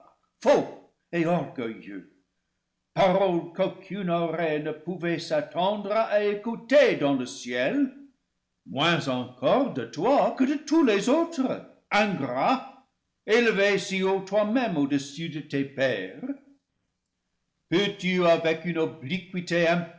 paroles qu'aucune oreille ne pouvait s'attendre à écouter dans le ciel moins encore de toi que de tous les autres ingrat élevé si haut toi-même au-dessus de tes pairs peux-tu avec une obliquité